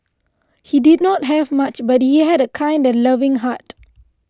he did not have much but he had a kind and loving heart